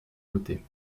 côtés